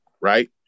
right